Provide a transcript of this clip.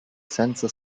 senza